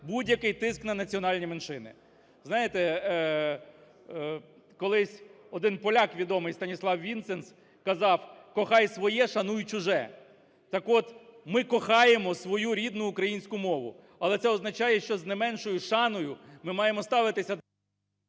будь-який тиск на національні меншини. Знаєте, колись один поляк відомий СтаніславВінценц казав: "Кохай своє, шануй чуже". Так от, ми кохаємо свою рідну українську мову, але це означає, що з неменшою шаною ми маємо ставитися…